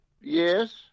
Yes